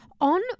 On